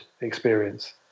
experience